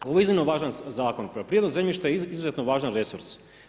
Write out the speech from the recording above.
Ovo je iznimno važan zakon, poljoprivredno zemljište je izuzetno važan resurs.